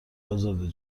ازاده